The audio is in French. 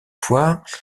fois